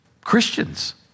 Christians